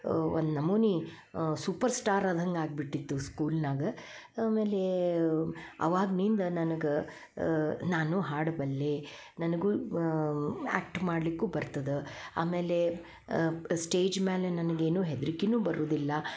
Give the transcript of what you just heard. ಒಂದು ನಮೂನಿ super star ಆದಂಗೆ ಆಗ್ಬಿಟ್ಟಿತ್ತು ಸ್ಕೂಲ್ನಾಗ ಆಮೇಲೆ ಅವಾಗ್ನಿಂದ ನನಗ ನಾನು ಹಾಡು ಬಲ್ಲೆ ನನಗು ಆ್ಯಕ್ಟ್ ಮಾಡಲಿಕ್ಕೂ ಬರ್ತದ ಆಮೇಲೆ ಸ್ಟೇಜ್ ಮ್ಯಾಲೆ ನನಗೇನು ಹೆದರಿಕೆನು ಬರುದಿಲ್ಲ